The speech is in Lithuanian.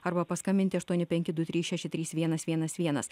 arba paskambinti aštuoni penki du trys šeši trys vienas vienas vienas